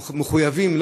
אנחנו מחויבים,